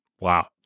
Wow